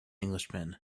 englishman